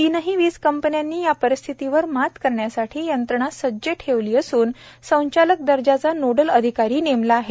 तिन्ही वीज कंपन्यांनी या परिस्थितीवर मात करण्यासाठी यंत्रणा सज्ज ठेवली असून संचालक दर्जाचा नोडल अधिकारी नेमला आहे